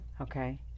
Okay